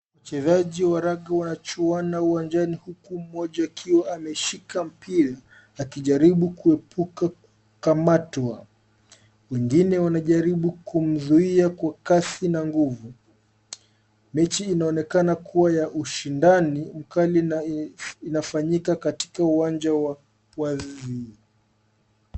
Wachezaji wa raga wanachuana uwanjani huku mmoja akiwa ameshika mpira akijaribu kuepuka kukamatwa. Wengine wanajaribu kumzuia kwa kasi na nguvu. Mechi inaonekana kuwa ya ushindani mkali na inafanyika katika uwanja wazi.